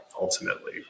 ultimately